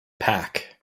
pack